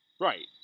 Right